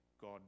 God